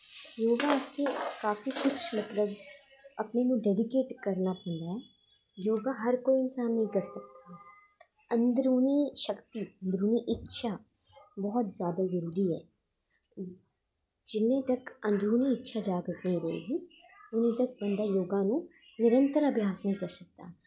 योगा आस्ते काफी कुश मतलव अपनें आप बी डैडिकेट करनें आस्तै जेह्ड़ा हर कोई इंसा न नेंई करी सकदा अन्दरूनी शक्ति अन्दरूनी इच्छा बौह्त जादा जरूरी ऐ जिन्नें तक अन्दरूनी इच्छा जागरत नेई रौह्ग उन्नें तक बंदा निर्तर आभ्यास नी करी सकदा